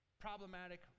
problematic